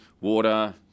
water